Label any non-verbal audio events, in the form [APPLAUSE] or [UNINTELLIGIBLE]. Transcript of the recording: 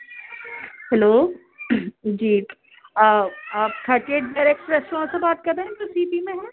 hello جی آپ آپ [UNINTELLIGIBLE] ریسٹورینٹ سے بات کر رہے ہیں جو سی پی میں ہے